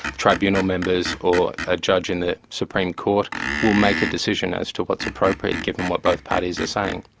tribunal members or a judge in the supreme court will make a decision as to what's appropriate, given what both parties are saying.